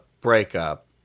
breakup